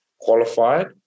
qualified